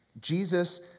Jesus